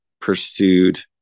pursued